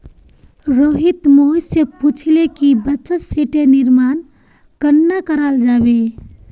रोहित मोहित स पूछले कि बचत शीटेर निर्माण कन्ना कराल जाबे